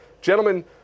Gentlemen